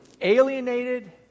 alienated